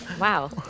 Wow